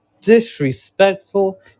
disrespectful